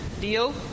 deal